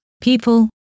people